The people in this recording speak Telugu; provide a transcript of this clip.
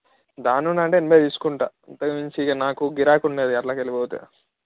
దాని నుండి అంటే ఎనభై తీసుకుంటా అంతకు మించి ఇక నాకు గిరాకుండదు అందులోకెల్లి పోతే